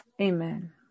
Amen